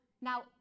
Now